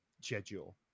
schedule